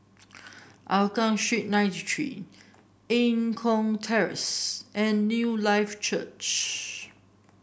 Hougang Street ninety three Eng Kong Terrace and Newlife Church